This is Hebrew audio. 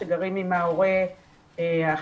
שגרים עם ההורה החי,